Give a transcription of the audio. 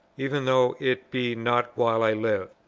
even though it be not while i live.